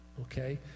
okay